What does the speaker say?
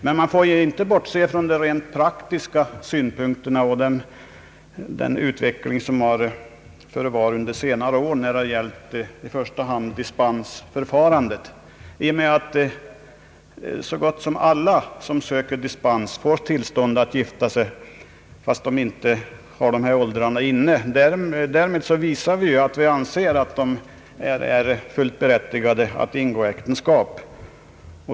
Men man får inte bortse från de rent praktiska synpunkterna och den utveckling som ägt rum under senare år, i första hand när det gäller dispensförfarandet. I och med att så gott som alla som söker dispens får tillstånd att gifta sig fastän de inte har åldrarna inne, visas att vi anser att de är fullt berättigade att ingå äktenskap.